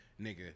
Nigga